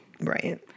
right